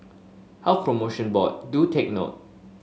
Health Promotion Board do take note